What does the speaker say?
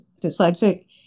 dyslexic